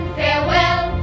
farewell